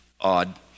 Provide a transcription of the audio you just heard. Odd